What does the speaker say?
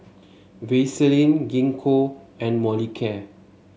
Vaselin Gingko and Molicare